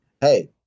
hey